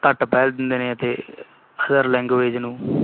ਘੱਟ ਪਹਿਲ ਦਿੰਦੇ ਨੇ ਅਤੇ ਅਦਰ ਲੈਂਗੁਏਜ਼ ਨੂੰ